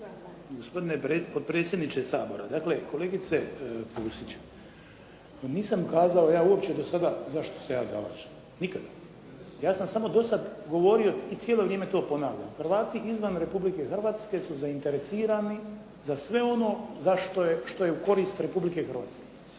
gospodine potpredsjedniče Sabora. Dakle, kolegice Pusić, nisam ja uopće kazao do sada za što se ja zalažem, nikada. Ja sam samo do sada govorio i cijelo vrijeme to ponavljam. Hrvati izvan Republike Hrvatske su zainteresirani za sve ono što je u korist Republike Hrvatske.